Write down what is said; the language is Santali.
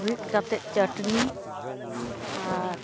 ᱨᱤᱫ ᱠᱟᱛᱮᱫ ᱪᱟᱹᱴᱱᱤ ᱟᱨ